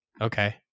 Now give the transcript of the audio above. Okay